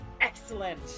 Excellent